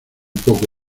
poco